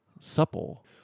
supple